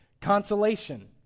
Consolation